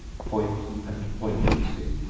point and poignancy.